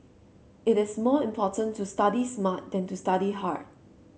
it is more important to study smart than to study hard